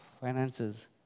finances